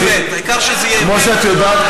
כמו שאת יודעת,